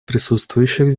присутствующих